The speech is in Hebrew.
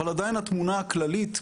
אבל עדיין התמונה הכללית,